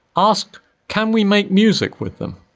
ask can we make music with them?